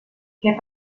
què